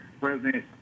President